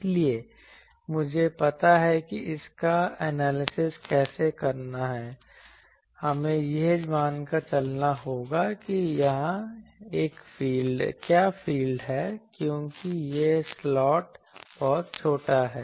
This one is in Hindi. इसलिए मुझे पता है कि इसका एनालिसिस कैसे करना है हमें यह मानकर चलना होगा कि यहाँ क्या फील्ड है क्योंकि यह स्लॉट बहुत छोटा है